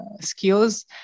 skills